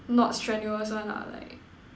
not strenuous one lah like